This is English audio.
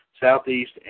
Southeast